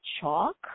chalk